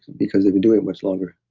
because they've been doing it much longer.